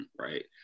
right